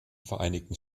vereinigten